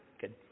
Good